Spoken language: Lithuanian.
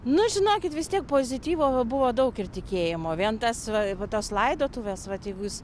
nu žinokit vis tiek pozityvo buvo daug ir tikėjimo vien tas va va tos laidotuvės vat jeigu jūs